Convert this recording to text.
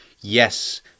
Yes